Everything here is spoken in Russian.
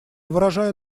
выражаю